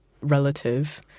relative